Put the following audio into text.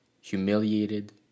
humiliated